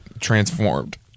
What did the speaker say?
transformed